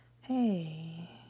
hey